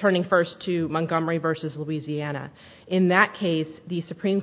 turning first to monk armory versus louisiana in that case the supreme